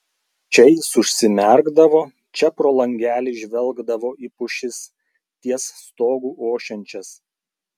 čia jis užsimerkdavo čia pro langelį žvelgdavo į pušis ties stogu ošiančias